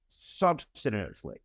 substantively